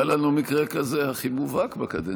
היה לנו מקרה כזה הכי מובהק בקדנציה הקודמת.